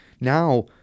Now